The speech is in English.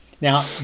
Now